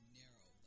narrow